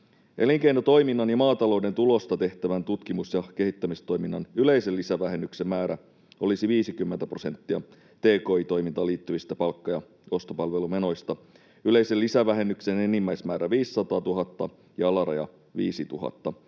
Elinkeinotoiminnan ja maatalouden tulosta tehtävän tutkimus‑ ja kehittämistoiminnan yleisen lisävähennyksen määrä olisi 50 prosenttia tki-toimintaan liittyvistä palkka‑ ja ostopalvelumenoista, yleisen lisävähennyksen enimmäismäärä 500 000 ja alaraja 5 000.